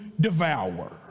devour